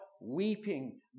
weeping